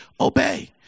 Obey